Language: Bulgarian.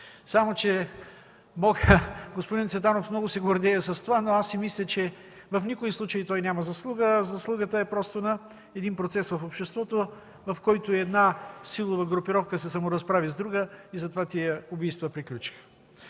само че господин Цветанов много се гордее с това, но аз си мисля, че в никой случай той няма заслуга. Заслугата е просто на един процес в обществото, при който една силова групировка се саморазправи с друга и затова тези убийства приключиха.